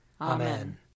Amen